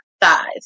thighs